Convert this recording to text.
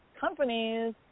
companies